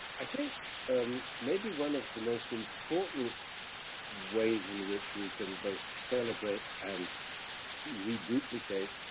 i think maybe one of the most important ways in which we can both celebrate and reduplicate